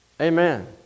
Amen